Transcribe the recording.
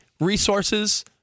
resources